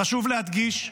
חשוב להדגיש,